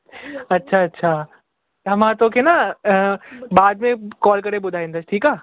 अच्छा अच्छा त मां तोखे न बाद में कॉल करे ॿुधाईंदमि ठीकु आहे